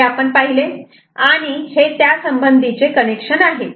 हे आपण पाहिले आणि हे त्यासंबंधीतचे कनेक्शन आहे